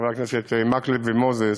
וחברי הכנסת מקלב ומוזס.